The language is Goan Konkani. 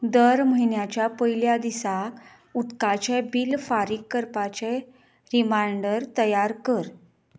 दर म्हयन्याच्या पयल्या दिसा उदकाचें बील फारीक करपाचें रिमायंडर तयार कर